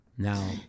Now